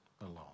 alone